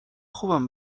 خوبم